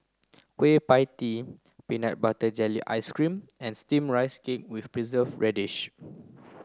Kueh Pie Tee peanut butter jelly ice cream and steamed rice cake with preserved radish